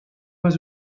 was